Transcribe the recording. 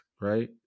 right